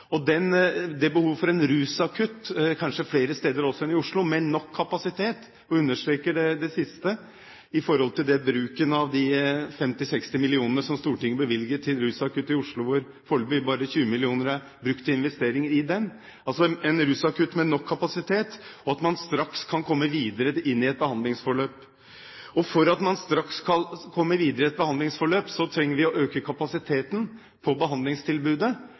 Det er behov for en rusakutt kanskje flere steder enn Oslo også, med nok kapasitet. Jeg understreker det siste og viser til bruken av de 50–60 mill. kr som Stortinget bevilget til en rusakutt i Oslo, hvor foreløpig bare 20 mill. kr er brukt til investeringer i den – en rusakutt med nok kapasitet, slik at man straks kan komme videre inn i et behandlingsforløp. For at man straks skal komme videre i et behandlingsforløp, trenger vi å øke kapasiteten ved behandlingstilbudet,